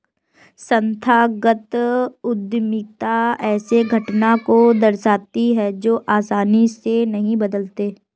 संस्थागत उद्यमिता ऐसे घटना को दर्शाती है जो आसानी से नहीं बदलते